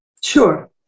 Sure